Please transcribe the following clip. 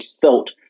felt